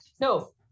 No